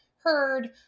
heard